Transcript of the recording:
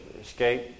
escape